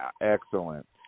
excellent